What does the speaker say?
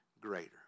greater